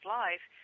life